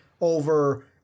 over